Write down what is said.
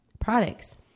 products